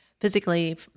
physically